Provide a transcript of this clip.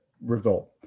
result